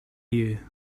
you